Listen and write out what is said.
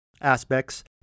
aspects